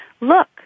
look